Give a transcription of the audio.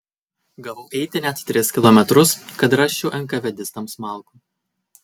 gavau eiti net tris kilometrus kad rasčiau enkavedistams malkų